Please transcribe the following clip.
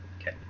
Okay